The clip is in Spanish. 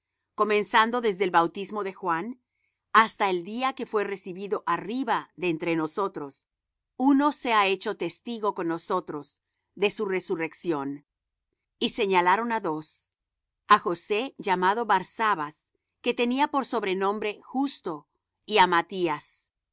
comenzando desde el bautismo de juan hasta el día que fué recibido arriba de entre nosotros uno sea hecho testigo con nosotros de su resurrección y señalaron á dos á josé llamado barsabas que tenía por sobrenombre justo y á matías